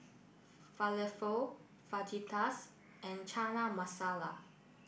falafel Fajitas and Chana Masala